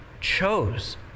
chose